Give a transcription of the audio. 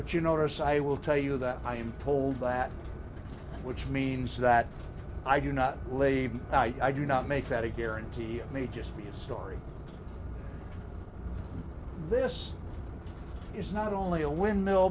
but you notice i will tell you that i am told that which means that i do not believe i do not make that a guarantee you may just be a story this is not only a windmill